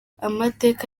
amateka